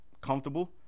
comfortable